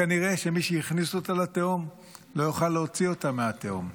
כנראה שמי שהכניס אותה לתהום לא יוכל להוציא אותה מהתהום.